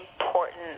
important